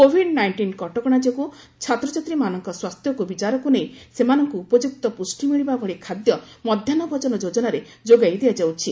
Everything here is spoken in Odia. କୋଭିଡ୍ ନାଇଷ୍ଟିନ୍ କଟକଣା ଯୋଗୁଁ ଛାତ୍ରଛାତ୍ରୀମାନଙ୍କ ସ୍ୱାସ୍ଥ୍ୟକୁ ବିଚାରକୁ ନେଇ ସେମାନଙ୍କୁ ଉପଯୁକ୍ତ ପୁଷ୍ଟି ମିଳିବା ଭଳି ଖାଦ୍ୟ ମଧ୍ୟାହ୍ନ ଭୋଜନ ଯୋଜନାରେ ଯୋଗାଇ ଦିଆଯାଉଛି